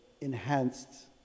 enhanced